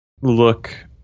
look